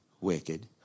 Wicked